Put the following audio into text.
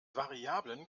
variablen